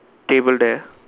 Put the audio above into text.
table there